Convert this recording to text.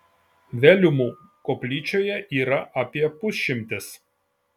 veliumų koplyčioje yra apie pusšimtis